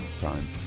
time